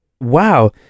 Wow